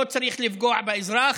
לא צריך לפגוע באזרח,